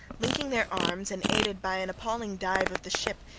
linking their arms and aided by an appalling dive of the ship,